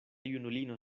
junulino